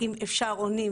אם אפשר, עונים.